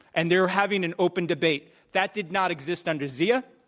and they are having an open debate. that did not exist under zia.